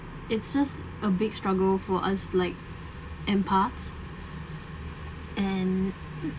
it's just a big struggle for us like imparts and